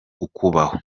ukubaho